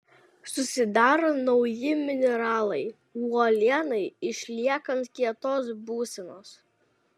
susidaro nauji mineralai uolienai išliekant kietos būsenos